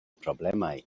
problemau